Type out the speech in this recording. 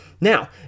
Now